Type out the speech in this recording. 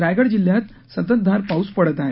रायगड जिल्ह्यात सतंतधार पाऊस पडत आहे